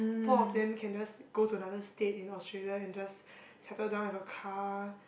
four of them can just go to another state in Australia and just settle down with a car